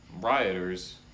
rioters-